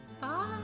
Bye